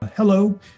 Hello